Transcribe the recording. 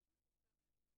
משום